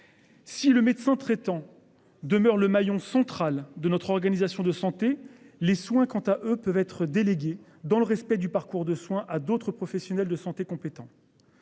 Si le médecin traitant demeure le maillon central de notre organisation de santé, les soins quant à eux peuvent être délégués dans le respect du parcours de soin à d'autres professionnels de santé compétents.